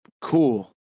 Cool